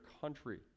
country